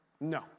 No